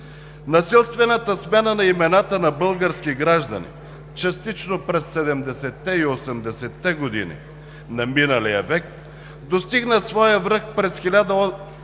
Насилствената смяна на имената на български граждани, частично през 70-те и 80-те години на миналия век, достигна своя връх през 1984 –